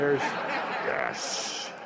Yes